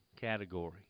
category